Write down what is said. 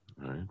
right